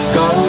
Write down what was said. go